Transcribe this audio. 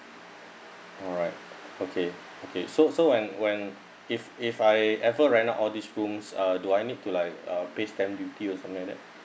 alright okay okay so so when when if if I ever rent out all these rooms uh do I need to like uh pay stamp duty or something like that